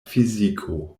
fiziko